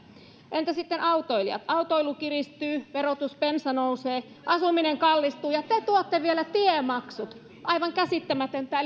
entä sitten autoilijat autoilu kiristyy verotus bensa nousee asuminen kallistuu ja te te tuotte vielä tiemaksut aivan käsittämätöntä